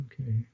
okay